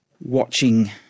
watching